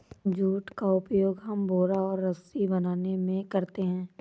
jute का उपयोग हम बोरा और रस्सी बनाने में करते हैं